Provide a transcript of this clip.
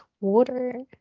water